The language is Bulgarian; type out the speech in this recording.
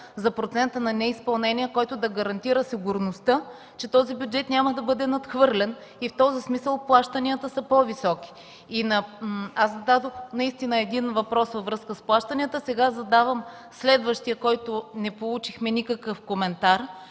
за процента на неизпълнение, който да гарантира сигурността, че този бюджет няма да бъде надхвърлен, и в този смисъл плащанията са по-високи. Аз зададох един въпрос във връзка с плащанията. Сега задавам следващия, по който не получихме никакъв коментар: